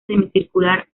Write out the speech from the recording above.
semicircular